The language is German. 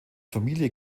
familie